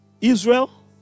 Israel